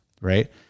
right